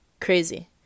Crazy